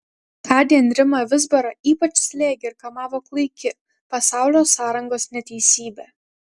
tądien rimą vizbarą ypač slėgė ir kamavo klaiki pasaulio sąrangos neteisybė